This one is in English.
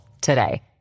today